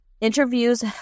Interviews